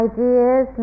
Ideas